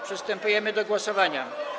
Przystępujemy do głosowania.